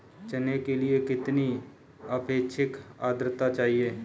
चना के लिए कितनी आपेक्षिक आद्रता चाहिए?